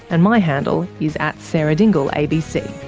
and my handle is at sarahdingleabc